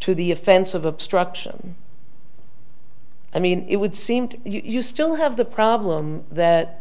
to the offense of obstruction i mean it would seem to you still have the problem that